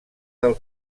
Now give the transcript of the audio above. del